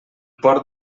port